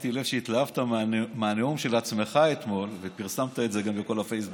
שמתי לב שהתלהבת מהנאום של עצמך אתמול ופרסמת את זה גם בכל הפייסבוק.